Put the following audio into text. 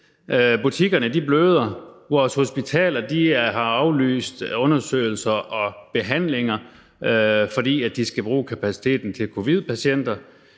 butikkerne bløder, vores hospitaler har aflyst undersøgelser og behandlinger, fordi de skal bruge kapaciteten til covidpatienter.